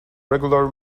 regular